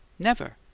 never!